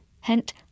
Hint